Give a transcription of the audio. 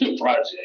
project